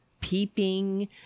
peeping